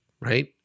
right